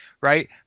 right